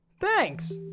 Thanks